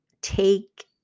take